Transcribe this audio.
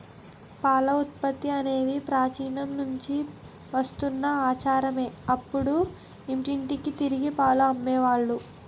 పాల ఉత్పత్తులనేవి ప్రాచీన నుంచి వస్తున్న ఆచారమే అప్పుడు ఇంటింటికి తిరిగి పాలు అమ్మే వాళ్ళు